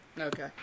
Okay